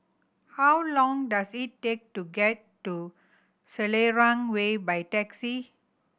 how long does it take to get to Selarang Way by taxi